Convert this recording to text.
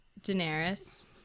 Daenerys